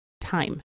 time